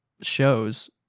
shows